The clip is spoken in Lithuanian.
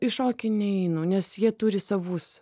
į šokį neinu nes jie turi savus